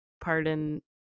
pardon